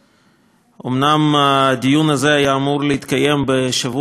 אומנם הדיון הזה היה אמור להתקיים בשבוע שעבר,